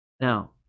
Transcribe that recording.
Now